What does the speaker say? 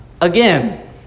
Again